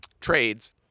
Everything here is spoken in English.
trades